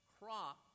crop